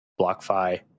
BlockFi